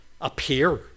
appear